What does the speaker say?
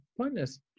Pointless